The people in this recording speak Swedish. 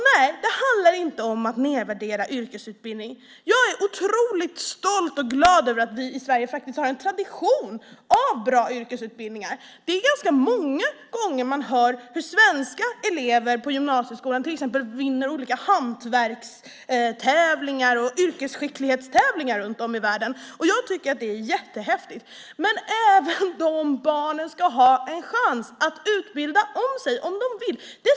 Nej, det handlar inte om att nedvärdera yrkesutbildning. Jag är otroligt stolt och glad över att vi i Sverige har en tradition av bra yrkesutbildningar. Ganska många gånger hör man att svenska elever i gymnasieskolan till exempel vinner olika hantverkstävlingar och yrkesskicklighetstävlingar runt om i världen. Jag tycker att det är jättehäftigt. Men även de barnen ska ha en chans att utbilda om sig om de vill det.